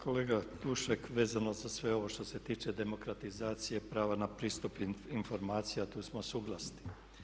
Kolega Tušek vezano za sve ovo što se tiče demokratizacije prava na pristup informacija tu smo suglasni.